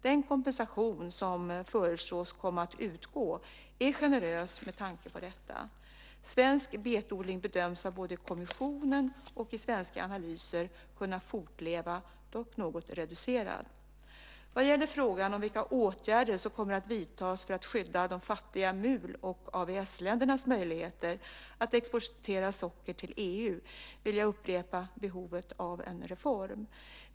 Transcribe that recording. Den kompensation som föreslås komma att utgå är generös med tanke på detta. Svensk betodling bedöms av både kommissionen och i svenska analyser kunna fortleva, dock något reducerad. Vad gäller frågan om vilka åtgärder som kommer att vidtas för att skydda de fattiga MUL och AVS-ländernas möjligheter att exportera socker till EU vill jag upprepa behovet av en reform.